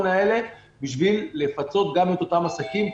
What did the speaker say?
האלה כדי לפצות גם את אותם עסקים,